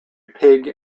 pig